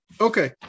Okay